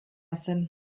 zen